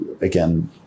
again